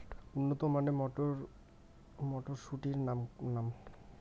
উন্নত মানের মটর মটরশুটির নাম?